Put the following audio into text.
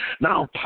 Now